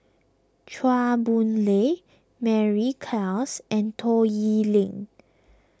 Chua Boon Lay Mary Klass and Toh Yiling